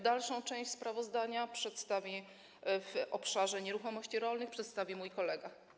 Dalszą część sprawozdania w obszarze nieruchomości rolnych przedstawi mój kolega.